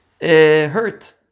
hurt